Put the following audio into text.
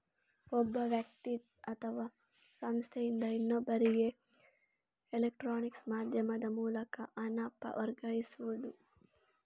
ಒಬ್ಬ ವ್ಯಕ್ತಿ ಅಥವಾ ಸಂಸ್ಥೆಯಿಂದ ಇನ್ನೊಬ್ಬರಿಗೆ ಎಲೆಕ್ಟ್ರಾನಿಕ್ ಮಾಧ್ಯಮದ ಮೂಲಕ ಹಣ ವರ್ಗಾಯಿಸುದು